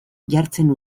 jartzen